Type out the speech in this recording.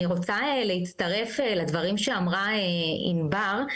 אני רוצה להצטרף לדברים שאמרה ענבר,